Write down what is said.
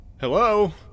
Hello